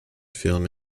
film